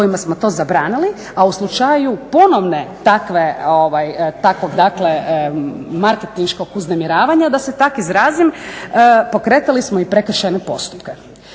kojima smo to zabranili, a u slučaju ponovno takvog marketinškog uznemiravanja, da se tako izrazim, pokretali smo i prekršajne postupke.